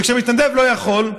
וכשמתנדב לא יכול,